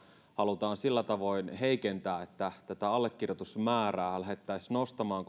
halutaan sillä tavoin heikentää että tätä allekirjoitusmäärää lähdettäisiin nostamaan